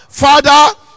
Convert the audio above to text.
Father